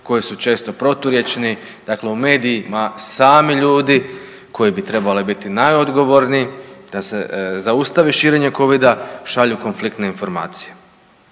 koji su često proturječni, dakle u medijima sami ljudi koji bi trebali biti najodgovorniji da se zaustavi širenje covida, šalju konfliktne informacije.